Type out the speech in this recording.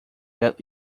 that